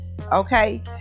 okay